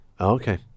Okay